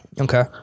Okay